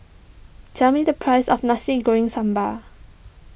tell me the price of Nasi Goreng Sambal